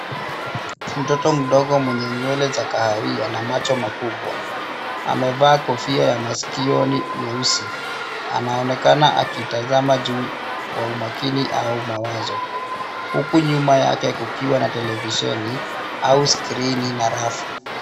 Mtoto mdogo mwenye nywele za kahawia na macho makubwa, amevaa kofia ya masikioni nyeusi, anaonekana akitazama juu kwa umakini au mawazo. Huku nyuma yake kukiwa na televisheni au skirini na rafu.